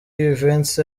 events